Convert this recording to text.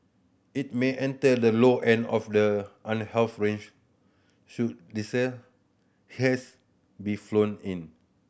it may enter the low end of the unhealthy range should denser haze be flown in